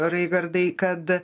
raigardai kad